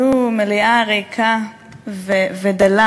במליאה ריקה ודלה